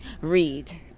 Read